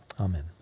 Amen